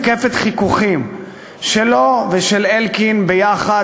מתקפת חיכוכים שלו ושל אלקין ביחד.